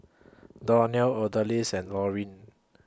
Donell Odalys and Laureen